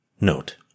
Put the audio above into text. Note